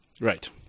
Right